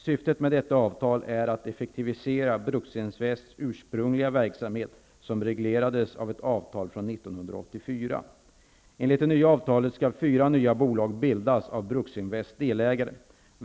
Syftet med detta avtal är att effektivisera Bruksinvests ursprungliga verksamhet, som reglerades av ett avtal från år Bruksinvests delägare.